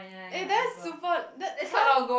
eh that's super that !huh!